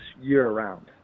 year-round